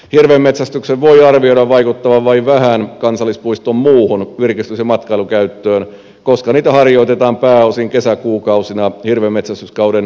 hirvenmetsästyksen voi arvioida vaikuttavan vain vähän kansallispuiston muuhun virkistys ja matkailukäyttöön koska niitä harjoitetaan pääosin kesäkuukausina hirvenmetsästyskauden ulkopuolella